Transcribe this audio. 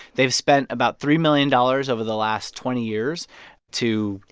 they've spent about three million dollars over the last twenty years to,